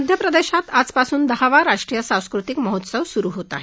मध्यप्रदेशात आजपासून दहावा राष्ट्रीय सांस्कृतिक महोत्सवाला सुरुवात होत आहे